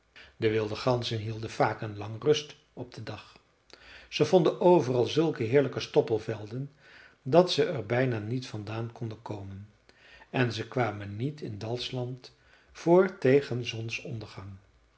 de wilde ganzen hielden vaak en lang rust op den dag ze vonden overal zulke heerlijke stoppelvelden dat ze er bijna niet vandaan konden komen en ze kwamen niet in dalsland voor tegen zonsondergang